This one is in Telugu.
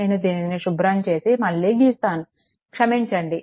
నేను దీనిని శుభ్రం చేసి మళ్ళీ గీస్తాను క్షమించండి